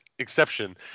Exception